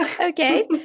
okay